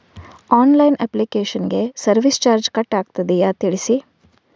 Online application ಗೆ service charge cut ಆಗುತ್ತದೆಯಾ ತಿಳಿಸಿ?